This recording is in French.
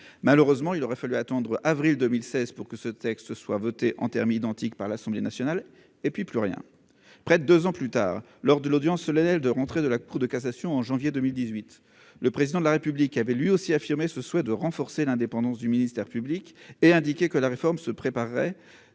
malheureusement, il aurait fallu attendre avril 2016 pour que ce texte soit voté en termes identiques par l'Assemblée nationale et puis plus rien, près de 2 ans plus tard, lors de l'audience solennelle de rentrée de la Cour de cassation, en janvier 2018, le président de la République avait lui aussi affirmé ce soit de renforcer l'indépendance du ministère public et indiqué que la réforme se préparerait